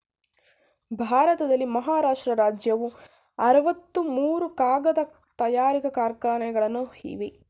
ಭಾರತದಲ್ಲಿ ಮಹಾರಾಷ್ಟ್ರ ರಾಜ್ಯವು ಅರವತ್ತ ಮೂರು ಕಾಗದ ತಯಾರಿಕಾ ಕಾರ್ಖಾನೆಗಳನ್ನು ಇವೆ